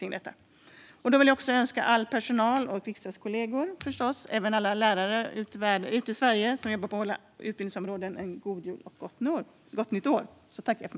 Till sist vill jag önska all personal, riksdagskollegor och även alla lärare i Sverige som jobbar på alla utbildningsområden en god jul och ett gott nytt år.